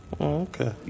okay